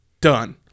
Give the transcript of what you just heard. Done